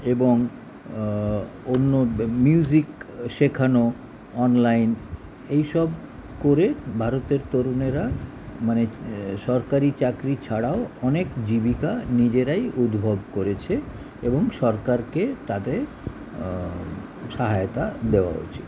এবং অন্য বে মিউজিক শেখানো অনলাইন এই সব করে ভারতের তরুণেরা মানে সরকারি চাকরি ছাড়াও অনেক জীবিকা নিজেরাই উদ্ভব করেছে এবং সরকারকে তাদের সহায়তা দেওয়া উচিত